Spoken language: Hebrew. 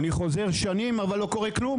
אני חוזר שנים אבל לא קורה כלום